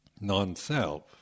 Non-self